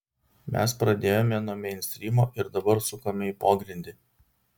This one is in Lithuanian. mes pradėjome nuo meinstrymo ir dabar sukame į pogrindį